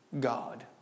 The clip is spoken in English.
God